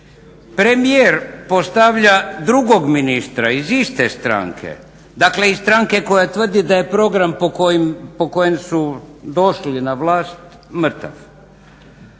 Premijer postavlja drugog ministra iz iste stranke, dakle iz stranke koja tvrdi da je program po kojem su došli na vlast mrtav.